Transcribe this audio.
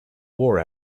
war